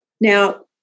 now